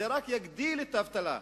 זה רק יגדיל את האבטלה,